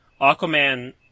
Aquaman